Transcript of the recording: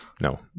No